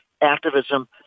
activism